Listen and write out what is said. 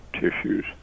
tissues